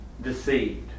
deceived